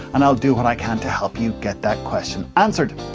and i'll do what i can to help you get that question answered.